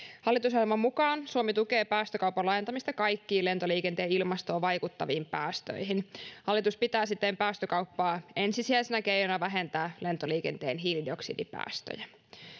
hallitusohjelman mukaan suomi tukee päästökaupan laajentamista kaikkiin lentoliikenteen ilmastoon vaikuttaviin päästöihin hallitus pitää siten päästökauppaa ensisijaisena keinona vähentää lentoliikenteen hiilidioksidipäästöjä